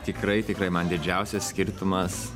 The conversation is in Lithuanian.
tikrai tikrai man didžiausias skirtumas